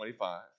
25